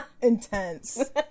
intense